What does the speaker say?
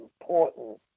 important